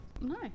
no